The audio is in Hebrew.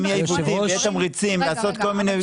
אם יהיו עיוותים ויהיו תמריצים לעשות כל מיני,